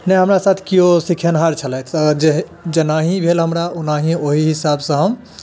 नहि हमरा साथ केओ सीखेनिहार छलथि तऽ जे जेनाही भेल हमरा ओनाही ओहि हिसाब सऽ हम